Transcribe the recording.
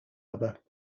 other